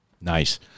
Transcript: Nice